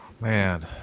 Man